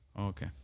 Okay